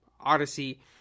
Odyssey